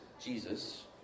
Jesus